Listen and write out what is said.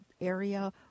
area